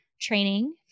training